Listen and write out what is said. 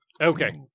Okay